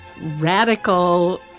radical